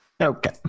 Okay